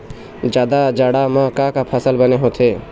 जादा जाड़ा म का का फसल बने होथे?